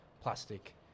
Plastic